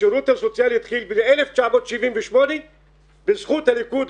השירות הסוציאלי התחיל ב-1978 בזכות הליכוד,